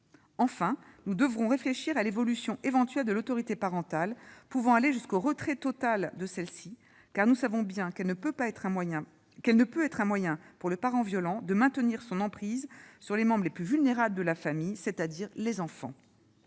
Enfin, nous devrons réfléchir à l'évolution éventuelle de l'autorité parentale, pouvant aller jusqu'au retrait total de celle-ci, car nous savons bien qu'elle peut être un moyen, pour le parent violent, de maintenir son emprise sur les membres les plus vulnérables de la famille, c'est-à-dire les enfants.